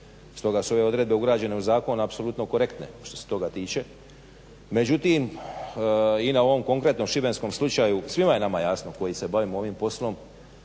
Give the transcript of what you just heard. Stoga su ove odredbe ugrađene u zakon apsolutno korektne što se toga tiče. Međutim, i na ovom konkretnom šibenskom slučaju svima je nama jasno koji se bavimo ovim poslom